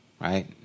right